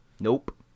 Nope